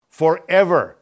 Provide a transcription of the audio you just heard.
forever